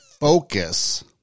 focus